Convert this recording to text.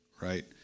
right